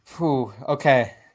Okay